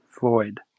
void